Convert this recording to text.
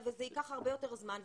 וזה ייקח הרבה יותר זמן,